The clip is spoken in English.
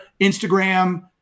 Instagram